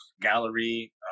gallery